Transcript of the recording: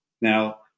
Now